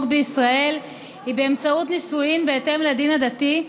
בישראל היא באמצעות נישואים בהתאם לדין הדתי,